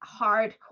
hardcore